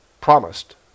promised